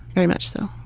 very much so,